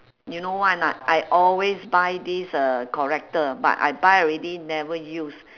you know why or not I always buy this uh corrector but I buy already never use